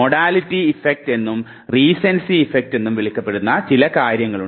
modality effect എന്നും recency effect എന്നും വിളിക്കപ്പെടുന്ന ചില കാര്യങ്ങളുണ്ട്